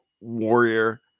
warrior